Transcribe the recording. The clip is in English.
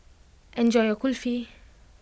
enjoy your Kulfi